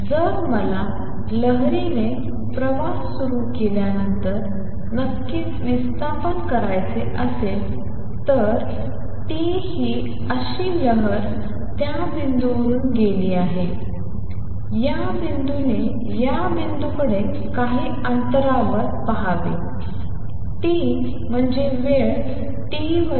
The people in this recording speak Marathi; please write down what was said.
तर जर मला लहरी ने प्रवास सुरू केल्यानंतर नक्कीच विस्थापन पहायचे असेल तर टी ही अशी लहर त्या बिंदूवरुन गेली आहे या बिंदूने या बिंदूंकडे काही अंतरावर पहावे टी म्हणजेवेळ t - xv